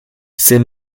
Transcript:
ses